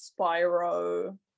Spyro